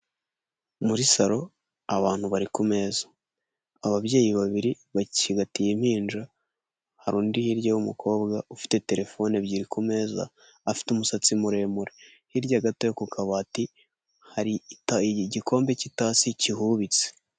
Muri salo abantu bari kumeza ababyeyi babiri bacigatiye impinja, hari undi hirya w'umukobwa ufite terefone ebyiri ku meza afite umusatsi muremure hirya gato yo ku kabati hari igikombe cy'itasi kihubitse.